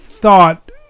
thought